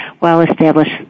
well-established